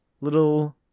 Little